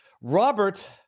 Robert